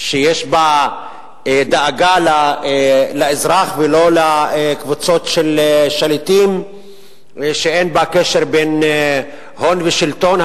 שיש בה דאגה לאזרח ולא לקבוצות של שליטים ושאין בה קשר בין הון לשלטון.